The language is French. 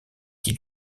qui